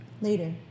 later